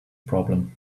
problem